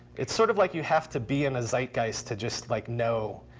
it's sort of like you have to be in a zeitgeist to just like know.